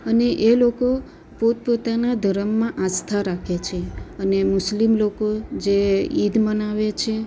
અને એ લોકો પોત પોતાના ધર્મમાં આસ્થા રાખે છે અને મુસ્લિમ લોકો જે ઈદ મનાવે છે